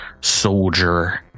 soldier